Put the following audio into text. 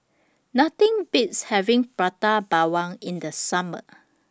Nothing Beats having Prata Bawang in The Summer